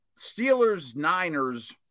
Steelers-Niners